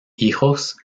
hijos